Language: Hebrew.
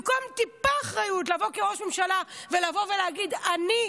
במקום טיפה אחריות, לבוא כראש ממשלה ולהגיד: אני